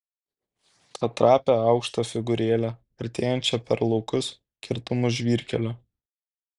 tą trapią aukštą figūrėlę artėjančią per laukus kertamus žvyrkelio